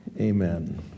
Amen